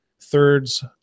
thirds